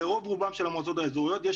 לרוב רובן של המועצות האזוריות יש